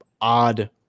odd